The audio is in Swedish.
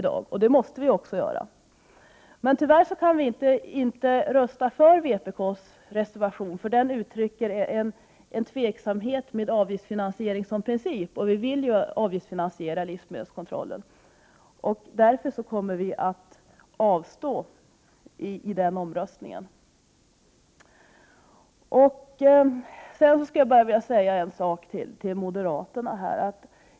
Tyvärr kan vi inte rösta för vpk:s reservation, för den uttrycker en tveksamhet till avgiftsfinansiering som princip, och vi vill ju avgiftsfinansiera livsmedelskontrollen. Därför kommer vi att avstå i den omröstningen. Jag skulle vilja säga en sak till moderaterna.